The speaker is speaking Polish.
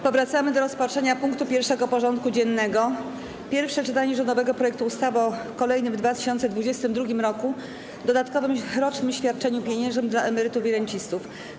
Powracamy do rozpatrzenia punktu 1. porządku dziennego: Pierwsze czytanie rządowego projektu ustawy o kolejnym w 2022 r. dodatkowym rocznym świadczeniu pieniężnym dla emerytów i rencistów.